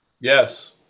Yes